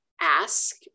ask